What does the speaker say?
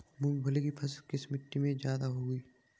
मूंगफली की फसल किस मिट्टी में ज्यादा होगी?